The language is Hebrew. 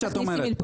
אל תכניס לי מילים.